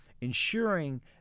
ensuring